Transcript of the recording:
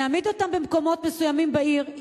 נעמיד אותם במקומות מסוימים בעיר,